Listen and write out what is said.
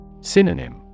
Synonym